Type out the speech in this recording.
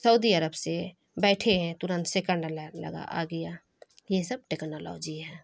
سعودی عرب سے بیٹھے ہیں ترنت سیکنڈ لگا آ گیا یہ سب ٹیکنالوجی ہے